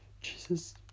Jesus